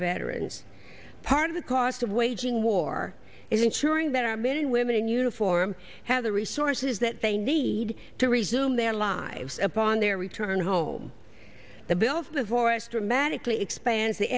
veterans part of the cost of waging war is ensuring that our men and women in uniform have the resources that they need to resume their lives upon their return home the bills the voice dramatically expand the